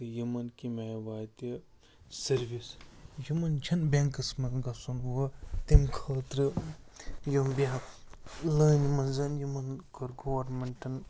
تہٕ یِمن کَمہِ آیہِ واتہِ سٔروِس یِمن چھَنہٕ بٮ۪نٛکس منٛز گَژھُن او تَمہِ خٲطرٕ یِم بیٚہہ لٲنہِ منٛز یِمن کوٚر گورمِنٛٹن